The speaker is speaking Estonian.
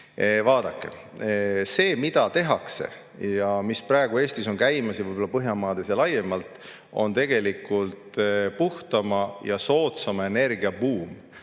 Vaadake, see, mida tehakse ja mis praegu Eestis on käimas, ja võib-olla Põhjamaades ning laiemalt, on tegelikult puhtama ja soodsama energia buum.